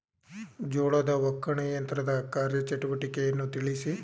ಜೋಳದ ಒಕ್ಕಣೆ ಯಂತ್ರದ ಕಾರ್ಯ ಚಟುವಟಿಕೆಯನ್ನು ತಿಳಿಸಿ?